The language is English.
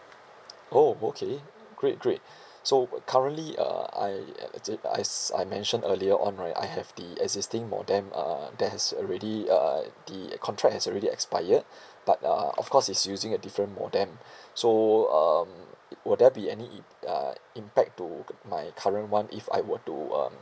oh okay great great so currently uh I actua~ as I mentioned earlier on right I have the existing modem uh that has already uh the contract has already expired but uh of course is using a different modem so um will there be any im~ uh impact to my current [one] if I were to um